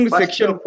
section